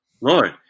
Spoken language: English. Lord